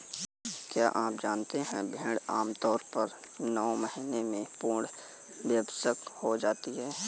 क्या आप जानते है भेड़ आमतौर पर नौ महीने में पूर्ण वयस्क हो जाती है?